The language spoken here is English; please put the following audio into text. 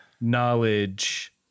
knowledge